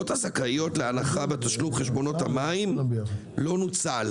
הזכאיות להנחה בתשלום חשבונות המים לא נוצל,